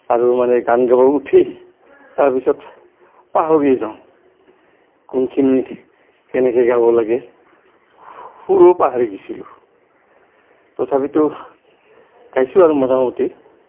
আৰু মানে গান গাব উঠি তাৰপিছত পাহৰিয়ে যাওঁ কোনখিনি কেনেকে গাব লাগে সুৰো পাহৰি গিছিলোঁ তথাপিতো গাইছোঁ আৰু মোটামুটি